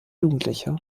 jugendliche